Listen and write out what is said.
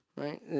Right